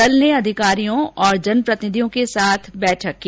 दल ने अधिकारियों और जनप्रतिनिधिर्यो के साथ बैठक की